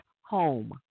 home